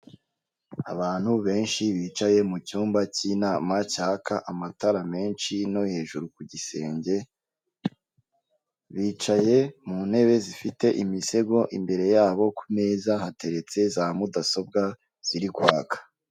Abantu benshi bicaye mu cyumba cy'inama cyaka amatara menshi no hejuru ku gisenge, bicaye mu ntebe zifite imisego imbere yabo ku meza hateretse za mudasobwa ziri kwaka.